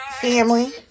family